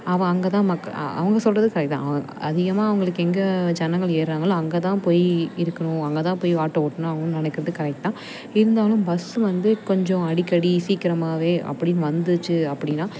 அவன் அங்கே தான் மக் அவங்க சொல்லுறதும் சரி தான் அவுங்க அதிகமாக அவங்களுக்கு எங்கள் ஜனங்கள் ஏறுறாங்களோ அங்கே தான் போய் இருக்கணும் அங்கே தான் போய் ஆட்டோ ஓட்டணும் அவங்க நினைக்கறது கரெக்ட் தான் இருந்தாலும் பஸ்ஸு வந்து கொஞ்சம் அடிக்கடி சீக்கிரமாகவே அப்படின்னு வந்துச்சு அப்படின்னா